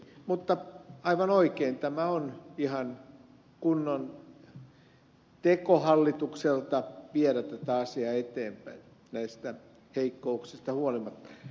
mutta aivan oikein tämä on ihan kunnon teko hallitukselta viedä tätä asiaa eteenpäin näistä heikkouksista huolimatta